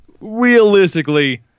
realistically